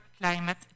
climate